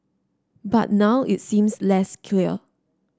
but now it seems less clear